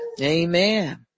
Amen